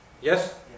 Yes